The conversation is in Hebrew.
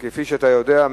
כפי שאתה יודע,